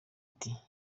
ati